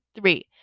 three